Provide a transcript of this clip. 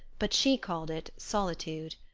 but she called it solitude.